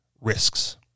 risks